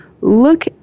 Look